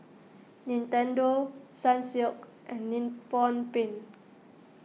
Nintendo Sunsilk and Nippon Paint